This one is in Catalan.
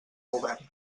govern